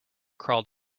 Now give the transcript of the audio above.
crawled